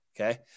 okay